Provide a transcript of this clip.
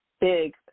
big